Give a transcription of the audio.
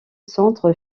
centre